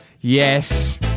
Yes